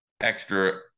extra